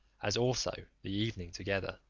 as also the evening, together.